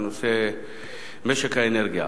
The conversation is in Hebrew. בנושא משק האנרגיה.